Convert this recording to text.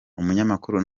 umunyamakuru